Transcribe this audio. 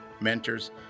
mentors